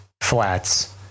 flats